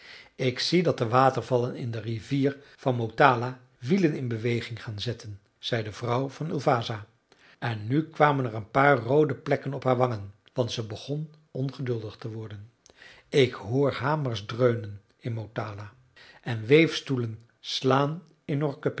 ik zie dat de watervallen in de rivier van motala wielen in beweging gaan zetten zei de vrouw van ulvasa en nu kwamen er een paar roode plekken op haar wangen want ze begon ongeduldig te worden ik hoor hamers dreunen in motala en weefstoelen slaan in